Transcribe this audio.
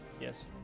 Yes